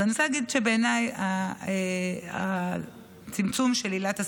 אז אני רוצה להגיד שבעיניי הצמצום של עילת הסבירות,